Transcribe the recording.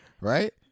Right